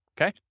Okay